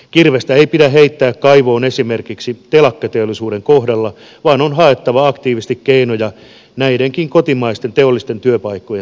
kirvestä ei pidä heittää kaivoon esimerkiksi telakkateollisuuden kohdalla vaan on haettava aktiivisesti keinoja näidenkin kotimaisten teollisten työpaikkojen säilymiseksi